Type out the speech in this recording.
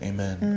Amen